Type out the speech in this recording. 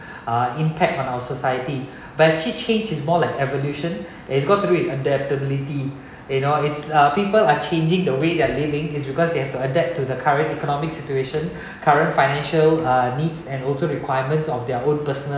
impact on our society but actually change is more like evolution it's got to do with adaptability it or it's people are changing the way their dealing is because they have to adapt to the current economic situation current financial uh needs and also requirements of their own personal